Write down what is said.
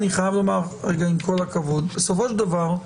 אני חייב לומר עם כל הכבוד: בסופו של דבר,